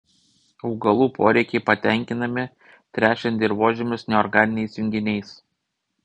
augalų poreikiai patenkinami tręšiant dirvožemius neorganiniais junginiais